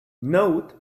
note